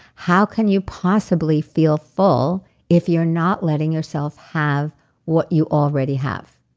how can you possibly feel full if you're not letting yourself have what you already have?